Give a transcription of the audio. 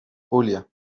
julia